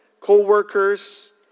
co-workers